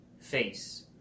face